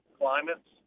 climates